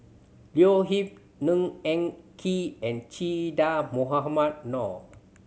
Leo Yip Ng Eng Kee and Che Dah Mohamed Noor